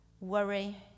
Worry